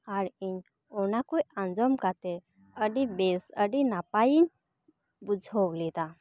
ᱟᱨ ᱤᱧ ᱚᱱᱟ ᱠᱚ ᱟᱸᱡᱚᱢ ᱠᱟᱛᱮ ᱟᱹᱰᱤ ᱵᱮᱥ ᱟᱹᱰᱤ ᱱᱟᱯᱟᱭᱤᱧ ᱵᱩᱡᱷᱟᱹᱣ ᱞᱮᱫᱟ